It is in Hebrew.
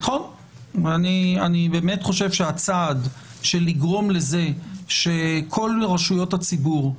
אני באמת חושב שהצעד שיגרום לזה שכל רשויות הציבור,